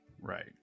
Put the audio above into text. Right